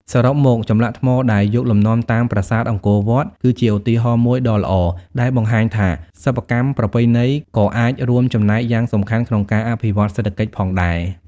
សរុបមក ចម្លាក់ថ្មដែលយកលំនាំតាមប្រាសាទអង្គរវត្ត គឺជាឧទាហរណ៍មួយដ៏ល្អដែលបង្ហាញថា សិប្បកម្មប្រពៃណីក៏អាចរួមចំណែកយ៉ាងសំខាន់ក្នុងការអភិវឌ្ឍសេដ្ឋកិច្ចផងដែរ។